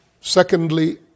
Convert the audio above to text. Secondly